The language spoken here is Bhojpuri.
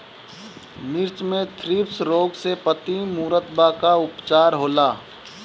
मिर्च मे थ्रिप्स रोग से पत्ती मूरत बा का उपचार होला?